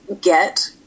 get